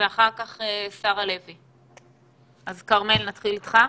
, כרמל, נתחיל איתך.